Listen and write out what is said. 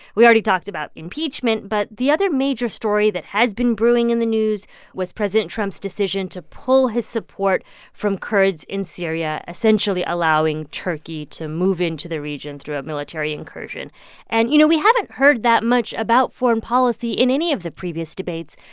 we already talked about impeachment, but the other major story that has been brewing in the news was president trump's decision to pull his support from kurds in syria, essentially allowing turkey to move into the region through a military incursion and, you know, we haven't heard that much about foreign policy in any of the previous debates,